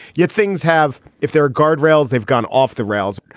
yet things have. if there are guardrails they've gone off the rails.